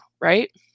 right